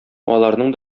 аларның